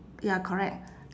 ya correct